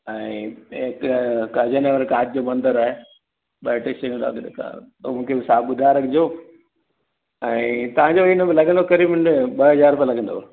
ऐं हिकु कजन वारो तव्हां जो नंबर आहे ऐं तव्हांजो हिन में लॻंदो क़रीब ॿ हज़ार रुपया लॻंदव